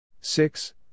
Six